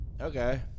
Okay